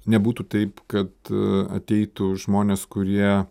nebūtų taip kad ateitų žmonės kurie